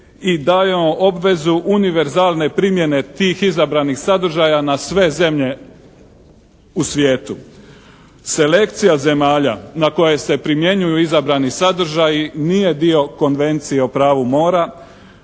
i daje vam obvezu univerzalne primjene tih izabranih sadržaja na sve zemlje u svijetu. Selekcija zemalja na koje se primjenjuju izabrani sadržaji nije dio Konvencije o pravu mora.